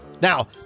Now